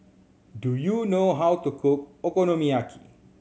do you know how to cook Okonomiyaki